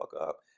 up